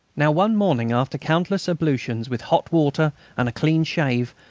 now one morning, after countless ablutions with hot water and a clean shave,